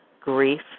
grief